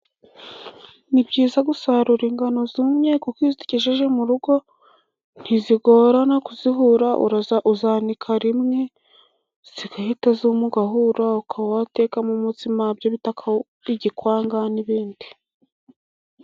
Ni byiza gusarura ingano zumye kuko iyo uzigejeje mu rugo ntizigorarana kuzihura. Uzanika rimwe zigahita zuma ugahura Ukaba watekamo umutsima wa byo bita igikwanga n' ibindi.